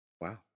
wow